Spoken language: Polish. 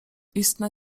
istne